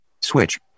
switch